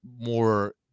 more